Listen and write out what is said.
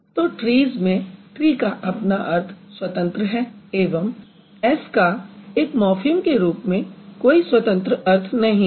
तो ट्रीज़ में ट्री का अपना स्वतंत्र अर्थ है एवं s का एक मॉर्फ़िम के रूप में कोई स्वतंत्र अर्थ नहीं है